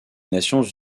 nations